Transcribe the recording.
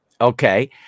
okay